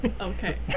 Okay